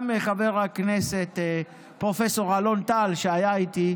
גם חבר הכנסת פרופ' אלון טל, שהיה איתי,